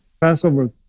Passover